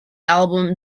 album